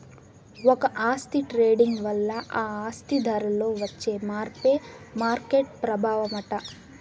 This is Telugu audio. ఒక ఆస్తి ట్రేడింగ్ వల్ల ఆ ఆస్తి ధరలో వచ్చే మార్పే మార్కెట్ ప్రభావమట